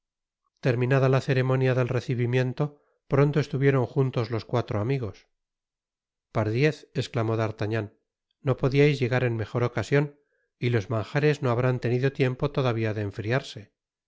terminada la ceremonia del recibimiento pronto estuvieron juntos los cuatro amigos pardiez esclamó d'artagnan no podiais llegar en mejor ocasion y los manjares no habrán tenido tiempo todavía de enfriarse